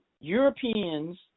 Europeans